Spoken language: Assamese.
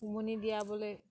উমনি দিয়াবলৈ